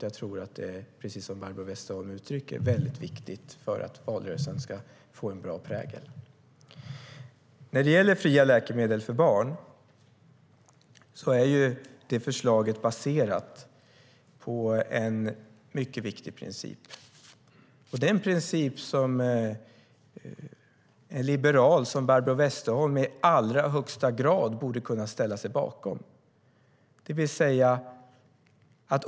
Jag tror, precis som Barbro Westerholm uttrycker, att det är väldigt viktigt för att valrörelsen ska få en bra prägel. När det gäller fria läkemedel för barn är det förslaget baserat på en mycket viktig princip. Det är en princip som en liberal som Barbro Westerholm i allra högsta grad borde kunna ställa sig bakom.